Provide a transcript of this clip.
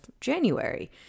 January